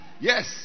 yes